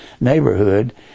neighborhood